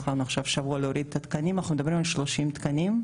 לנו עכשיו שבוע להוריד את התקנים אנחנו מדברים על 30 תקנים.